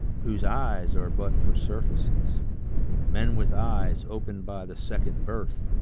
whose eyes are but for surfaces men with eyes opened by the second birth,